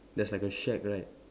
there's like a shack right